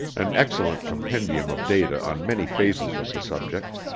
an excellent compendium of data on many phases of the subject.